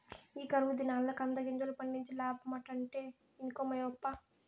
ఈ కరువు దినాల్ల కందిగింజలు పండించి లాబ్బడమంటే ఇనుకోవేమప్పా